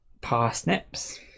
parsnips